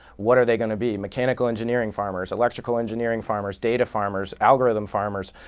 what are they going to be mechanical engineering farmers, electrical engineering farmers, data farmers, algorithm farmers,